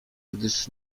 gdyż